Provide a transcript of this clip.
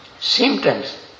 symptoms